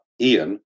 Ian